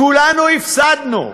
כולנו הפסדנו.